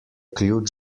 ključ